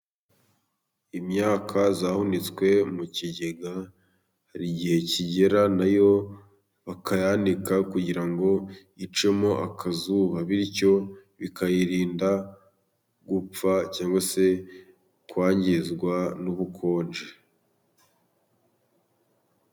Imyaka yahunitswe mu kigega，hari igihe kigera nayo bakayanika kugira ngo icemo akazuba， bityo bikayirinda gupfa， cyangwa se kwangizwa n'ubukonje.